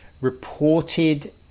reported